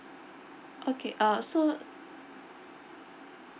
okay uh so